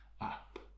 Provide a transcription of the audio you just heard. up